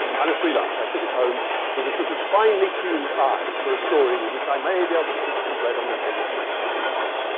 i'm a freelancer. i sit at home with a sort of finely-tuned eye for a story with which i may be able to put some bread on the table for my starving children.